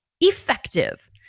effective